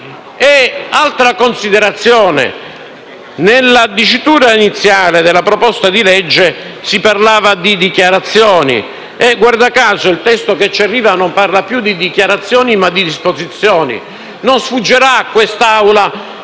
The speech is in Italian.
Un'altra considerazione è che nella dicitura iniziale della proposta di legge si parlava di dichiarazioni e - guarda caso - il testo che ci arriva non parla più di dichiarazioni, ma di disposizioni. Non sfuggirà a questa